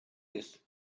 this